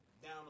down